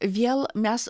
vėl mes